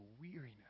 weariness